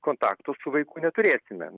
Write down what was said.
kontakto su vaiku neturėsime